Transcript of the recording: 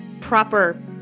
proper